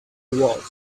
was